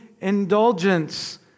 indulgence